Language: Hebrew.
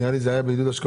יש להם את הכסף.